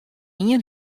ien